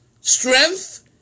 Strength